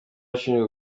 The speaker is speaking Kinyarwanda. ashinjwa